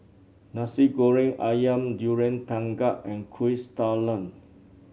Nasi Goreng ayam Durian Pengat and Kuih Talam